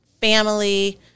family